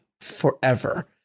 forever